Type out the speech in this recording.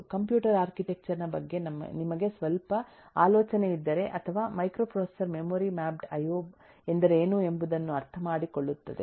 computer architecture ನ ಬಗ್ಗೆ ನಿಮಗೆ ಸ್ವಲ್ಪ ಆಲೋಚನೆ ಇದ್ದರೆ ಅಥವಾ microprocessor memory mapped IO memory mapped IO ಎಂದರೇನು ಎಂಬುದನ್ನು ಅರ್ಥಮಾಡಿಕೊಳ್ಳುತ್ತದೆ